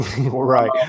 Right